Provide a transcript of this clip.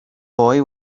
boy